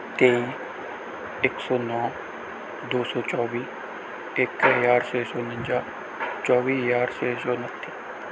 ਤੇਈ ਇੱਕ ਸੌ ਨੌਂ ਦੋ ਸੌ ਚੌਵੀ ਇੱਕ ਹਜ਼ਾਰ ਛੇ ਸੌ ਉਣੰਜਾ ਚੌਵੀ ਹਜ਼ਾਰ ਛੇ ਸੌ ਉਨੱਤੀ